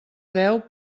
deu